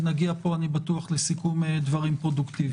ונגיע פה אני בטוח לסיכום דברים פרודוקטיבי.